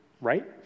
right